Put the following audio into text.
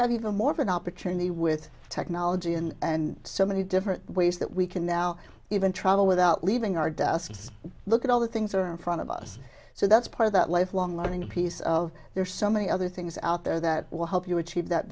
even more of an opportunity with technology in and so many different ways that we can now even travel without leaving our desks look at all the things are in front of us so that's part of that lifelong learning piece of there's so many other things out there that will help you achieve that